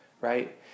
Right